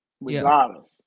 regardless